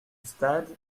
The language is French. stade